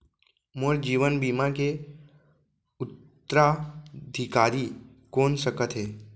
मोर जीवन बीमा के उत्तराधिकारी कोन सकत हे?